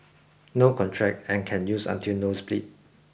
no contract and can use until nose bleed